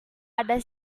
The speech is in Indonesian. ada